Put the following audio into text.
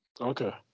Okay